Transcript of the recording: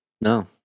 No